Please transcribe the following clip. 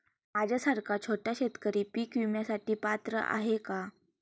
माझ्यासारखा छोटा शेतकरी पीक विम्यासाठी पात्र आहे का?